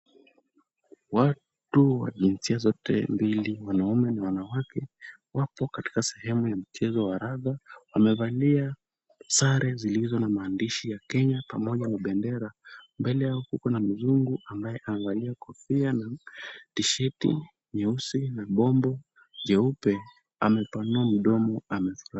Watu wa jinsia zote mbili wanaume na wanawake, wapo katika sehemu ya mchezo wa raga. Wamevalia sare zilizo na maandishi ya Kenya pamoja na bendera. Mbele yao kuko na mzungu ambaye amevalia kofia na tisheti nyeusi na bombo jeupe. Amepanua mdomo. Amefurahi.